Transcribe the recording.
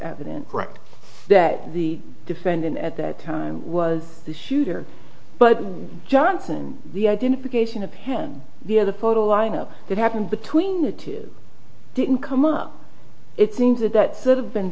evident correct that the defendant at that time was the shooter but johnson the identification of him the other photo lineup that happened between the two didn't come up it seems that that sort of been